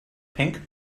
pink